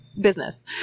business